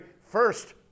first